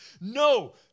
No